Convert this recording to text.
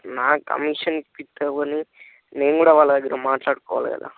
నా commission fit అవ్వనీ నేను కూడా వాళ్ళ దగ్గర మాట్లాడుకోవాలి కదా